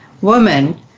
woman